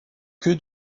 que